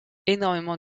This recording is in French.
énormément